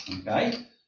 okay